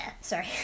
sorry